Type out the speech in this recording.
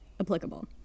applicable